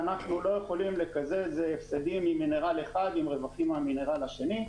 ואנחנו לא יכולים לקזז הפסדים ממינרל אחד עם רווחים מהמינרל השני,